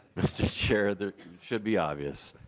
mister chair that should be obvious.